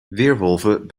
weerwolven